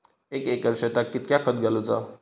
एक एकर शेताक कीतक्या खत घालूचा?